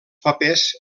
papers